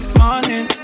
morning